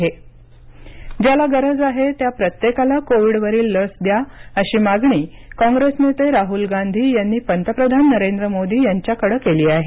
राहल गांधी पत्र ज्याला गरज आहे त्या प्रत्येकाला कोविडवरील लस द्या अशी मागणी काँग्रेस नेते राहुल गांधी यांनी पंतप्रधान नरेंद्र मोदी यांच्याकडे केली आहे